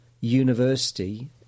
university